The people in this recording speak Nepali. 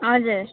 हजुर